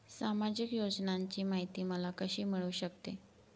सामाजिक योजनांची माहिती मला कशी मिळू शकते?